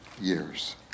years